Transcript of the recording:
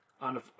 On